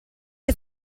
che